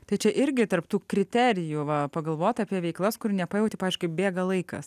tai čia irgi tarp tų kriterijų va pagalvot apie veiklas kur nepajauti pavyzdžiui kaip bėga laikas